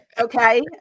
Okay